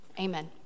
Amen